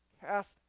cast